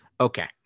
Okay